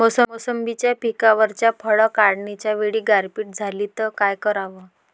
मोसंबी पिकावरच्या फळं काढनीच्या वेळी गारपीट झाली त काय कराव?